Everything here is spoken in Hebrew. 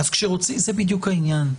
זה בדיוק העניין.